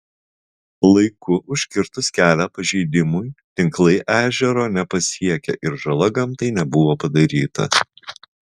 laiku užkirtus kelią pažeidimui tinklai ežero nepasiekė ir žala gamtai nebuvo padaryta